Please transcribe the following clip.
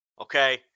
Okay